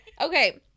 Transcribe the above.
Okay